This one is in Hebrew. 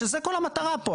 שזאת כל המטרה פה.